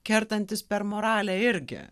kertantis per moralę irgi